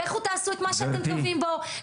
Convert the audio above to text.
לכו תעשו את מה שאתם טובים בו,